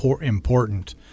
important